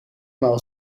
maal